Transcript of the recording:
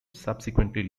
subsequently